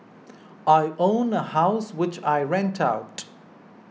I own a house which I rent out